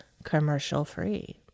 commercial-free